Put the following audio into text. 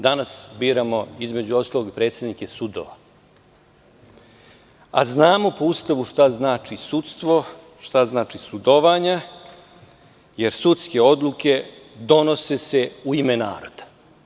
Danas biramo, između ostalog predsednike sudova, a znamo po Ustavu šta znači sudstvo, šta znači sudovanje jer sudske odluke donose se u ime naroda.